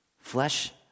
Flesh